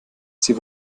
sie